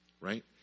right